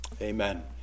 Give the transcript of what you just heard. Amen